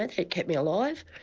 it kept me alive.